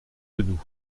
genoux